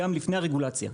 גם לפני הרגולציה.